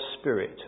Spirit